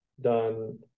done